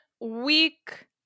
week